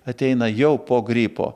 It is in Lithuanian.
ateina jau po gripo